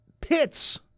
pits